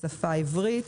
בשפה העברית.